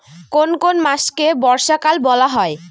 কোন কোন মাসকে বর্ষাকাল বলা হয়?